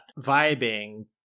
vibing